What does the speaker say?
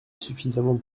suffisamment